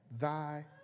thy